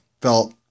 felt